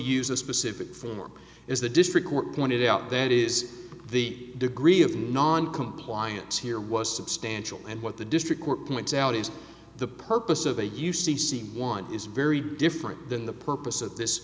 use a specific form or is the district court pointed out that is the degree of noncompliance here was substantial and what the district court points out is the purpose of a u c c one is very different than the purpose of this